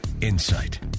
insight